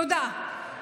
תודה.